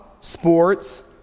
sports